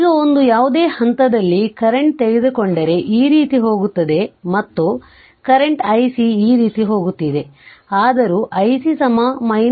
ಈಗ ಒಂದು ಯಾವುದೇ ಹಂತದಲ್ಲಿ ಕರೆಂಟ್ ತೆಗೆದುಕೊಂಡರೆ ಈ ರೀತಿ ಹೋಗುತ್ತದೆ ಮತ್ತು ಕರೆಂಟ್ ic ಈ ರೀತಿ ಹೋಗುತ್ತಿದೆ ಆದರೂ ic ವಿಷಯ